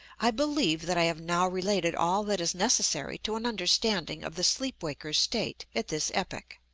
i believe that i have now related all that is necessary to an understanding of the sleep-waker's state at this epoch.